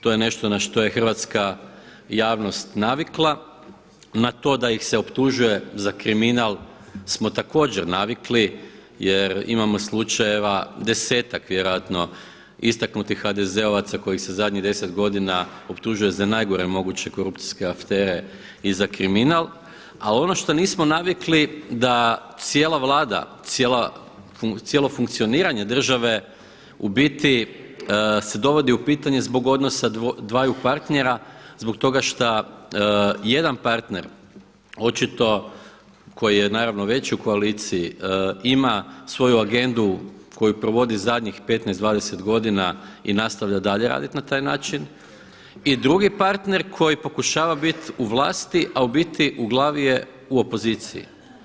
To je nešto na što je hrvatska javnost navikla, na to da ih se optužuje za kriminal smo također navikli jer imamo slučajeva desetak vjerojatno istaknutih HDZ-ovaca koji se zadnjih deset godina optužuje za najgore moguće korupcijske afere i za kriminal, ali ono što nismo navikli da cijela Vlada, cijelo funkcioniranje države u biti se dovodi u pitanje zbog odnosa dvaju partnera zbog toga što jedan partner očito koji je naravno veći u koaliciji ima svoju agendu koju provodi zadnjih 15, 20 godina i nastavlja dalje raditi na taj način i drugi partner koji pokušava biti u vlasti, a u biti u glavi je u opoziciji.